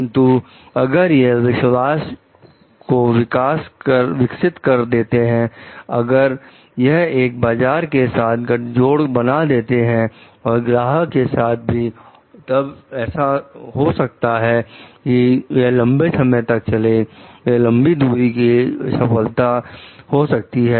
परंतु अगर यह विश्वास को विकसित कर देता है अगर यह एक बाजार के साथ गठजोड़ बना देता है और ग्राहक के साथ भी तब ऐसा हो सकता है कि यह लंबे समय तक चले यह लंबी दूरी की सफलता हो सकती है